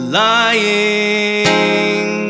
lying